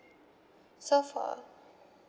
so for